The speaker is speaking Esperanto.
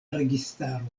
registaro